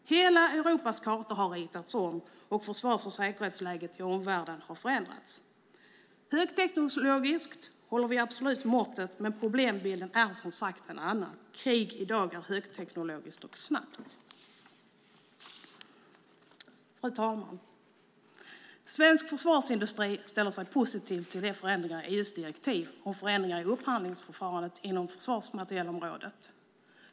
Hela Europas karta har ritats om och försvars och säkerhetsläget i omvärlden har förändrats. Högteknologiskt håller vi måttet, men problembilden är en annan. Krig är i dag något högteknologiskt och snabbt. Fru talman! Svensk försvarsindustri ställer sig positiv till EU:s direktiv om förändringar i upphandlingsförfarandet inom försvarsmaterielområdet.